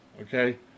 okay